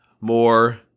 more